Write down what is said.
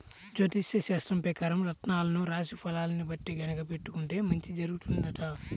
జ్యోతిష్యశాస్త్రం పెకారం రత్నాలను రాశి ఫలాల్ని బట్టి గనక పెట్టుకుంటే మంచి జరుగుతుందంట